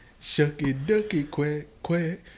Shucky-ducky-quack-quack